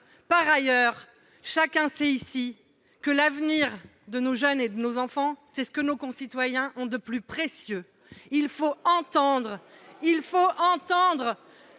Par ailleurs, chacun sait ici que l'avenir de nos jeunes et de nos enfants est ce que nos concitoyens ont de plus précieux. Il faut entendre cette demande